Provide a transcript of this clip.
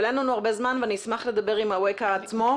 אבל אין לנו הרבה זמן ואני אשמח לדבר עם אווקה עצמו.